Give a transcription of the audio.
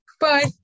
Bye